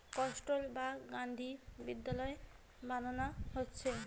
কস্তুরবা গান্ধী বিদ্যালয় বানানা হচ্ছে